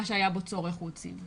מה שהיה בו צורך הוא הציב.